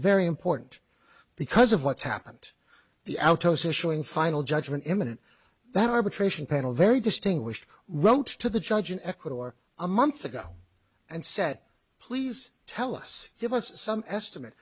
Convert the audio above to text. very important because of what's happened the outhouse is showing final judgment eminent that arbitration panel very distinguished wrote to the judge in ecuador a month ago and said please tell us give us some estimate